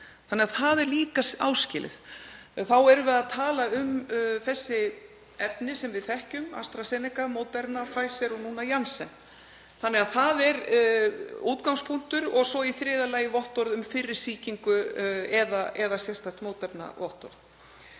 Þannig að það er líka áskilið. Þá erum við að tala um þessi efni sem við þekkjum, AstraZeneca, Moderna, Pfizer og núna Janssen. Það er útgangspunktur. Og svo í þriðja lagi vottorð um fyrri sýkingu eða sérstakt mótefnavottorð.